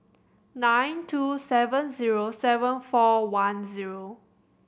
nine two seven zero seven four one zero